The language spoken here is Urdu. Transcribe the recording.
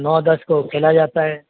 نو دس کو کھیلا جاتا ہے